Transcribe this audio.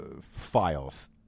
files